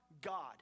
God